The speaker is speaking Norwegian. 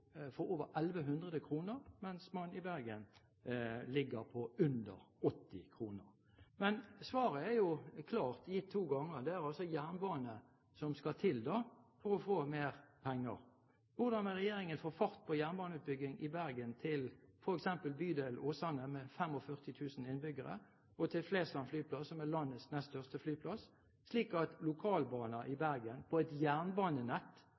for over 1 100 kr, mens man i Bergen ligger på under 80 kr. Men svaret er klart gitt to ganger – det er altså jernbane som skal til for å få mer penger. Hvordan vil regjeringen få fart på jernbaneutbygging i Bergen til f.eks. bydelen Åsane, med 45 000 innbyggere, og til Flesland flyplass, som er landets nest største flyplass, slik at lokalbaner i Bergen på et jernbanenett